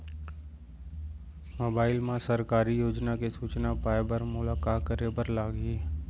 mobile मा सरकारी योजना के सूचना पाए बर मोला का करे बर लागही